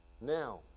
Now